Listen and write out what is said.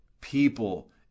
people